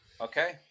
Okay